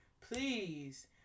please